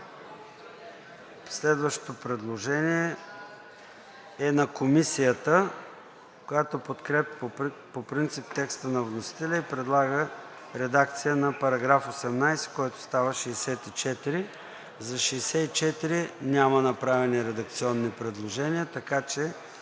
Следващото предложение е на Комисията, която подкрепя по принцип текста на вносителя и предлага редакция на § 18, който става § 64. За § 64 няма направени редакционни предложения, така че